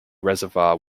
reservoir